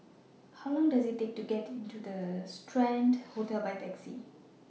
How Long Does IT Take to get to Strand Hotel By Taxi